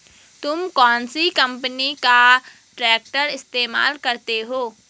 तुम कौनसी कंपनी का ट्रैक्टर इस्तेमाल करते हो?